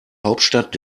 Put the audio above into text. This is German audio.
hauptstadt